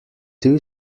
two